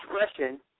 expression